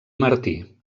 martí